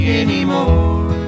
anymore